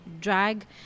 drag